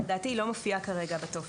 לדעתי היא לא מופיעה כרגע בטופס,